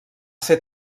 ser